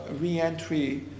re-entry